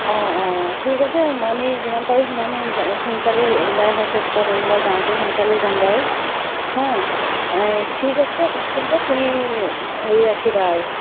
অ' অ' ঠিক আছে আমি যিমান পাৰি সিমান সোন সোনকালে ওলাই অহা চেষ্টা কৰিম বা যাওঁতেও সোনকালে যাম বাৰু হে ঠিক আছে তুমি হেৰি ৰাখিবা